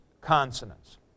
consonants